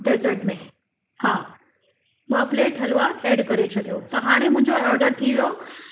dessert में हा ॿ प्लेट हलवा ऐड करे छॾियो हाणे मुंहिंजो ऑडर थी वियो